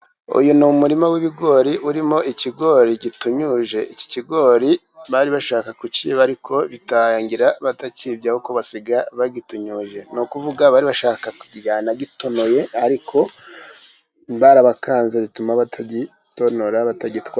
Uyu ni umurima w'ibigori, urimo ikigori gitunyuje, iki kigori bari bashaka kukiba, ariko birangira btakibye, uhubwo basiga basiga gitunyuje. Ni ukuvuga bashakaga ku kiba gitonoye, ariko barabakanze, bituma batagitonora, batagitwara.